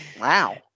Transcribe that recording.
Wow